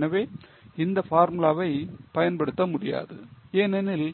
எனவே இந்த பார்முலாவை பயன்படுத்த முடியாது ஏனெனில்